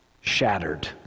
shattered